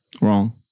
Wrong